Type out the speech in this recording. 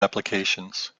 applications